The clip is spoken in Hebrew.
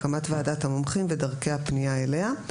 הקמת ועדת המומחים ודרכי הפנייה אליה.